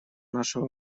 нашего